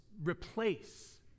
replace